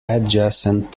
adjacent